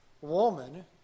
woman